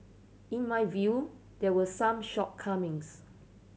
in my view there were some shortcomings